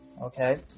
okay